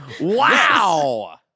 Wow